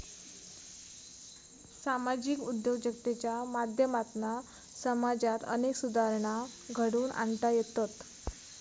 सामाजिक उद्योजकतेच्या माध्यमातना समाजात अनेक सुधारणा घडवुन आणता येतत